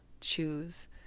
choose